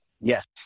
Yes